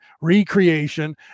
recreation